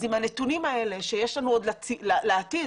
עם הנתונים האלה שיש לנו עוד לעתיד,